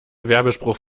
werbespruch